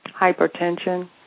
hypertension